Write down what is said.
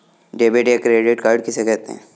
Debit या credit card किसे कहते हैं?